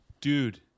Dude